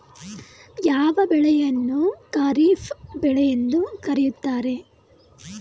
ಯಾವ ಬೆಳೆಯನ್ನು ಖಾರಿಫ್ ಬೆಳೆ ಎಂದು ಕರೆಯುತ್ತಾರೆ?